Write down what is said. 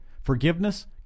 forgiveness